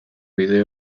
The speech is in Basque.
bide